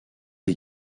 les